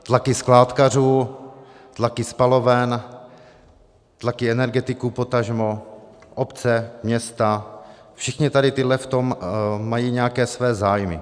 Tlaky skládkařů, tlaky spaloven, tlaky energetiků, potažmo obce, města všichni tihle v tom mají nějaké své zájmy.